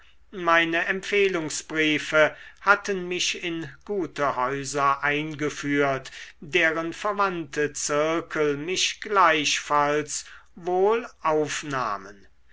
meine empfehlungsbriefe hatten mich in gute häuser eingeführt deren verwandte zirkel mich gleichfalls wohl aufnahmen